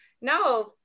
no